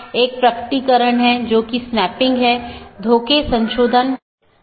यह एक शब्दावली है या AS पाथ सूची की एक अवधारणा है